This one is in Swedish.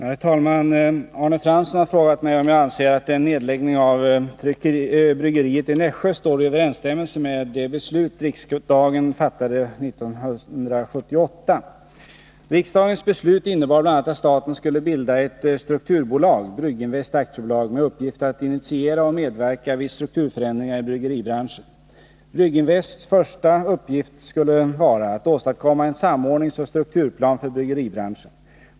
Herr talman! Arne Fransson har frågat mig om jag anser att en nedläggning av bryggeriet i Nässjö står i överensstämmelse med det beslut riksdagen fattade hösten 1978. Brygginvest AB, med uppgift att initiera och medverka vid strukturförändringar i bryggeribranschen. Brygginvests första uppgift skulle vara att åstadkomma en samordningsoch strukturplan för bryggeribranschen.